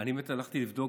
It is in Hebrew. אני באמת הלכתי לבדוק,